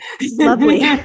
lovely